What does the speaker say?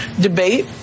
debate